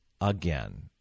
again